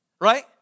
Right